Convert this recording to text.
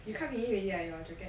you cut finish already ah your jacket